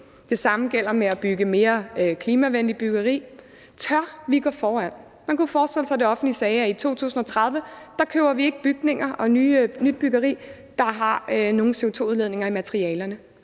Det samme gælder mere klimavenligt byggeri. Tør vi gå foran? Man kunne forestille sig, at det offentlige sagde, at i 2030 køber vi ikke bygninger eller laver nybyggeri, der har nogen CO2-udledning i forbindelse